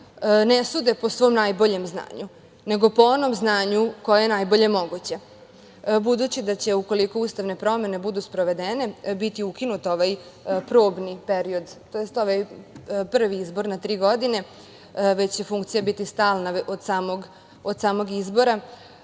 ne sude po svom najboljem znanju, nego po onom znanju koje je najbolje moguće, budući da će, ukoliko ustavne promene budu sprovedene, biti ukinut ovaj probni period, tj. ovaj prvi izbor na tri godine, već će funkcija biti stalna od samog izbora.